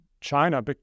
China